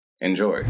Enjoy